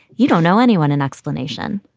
you don't know anyone. an explanation,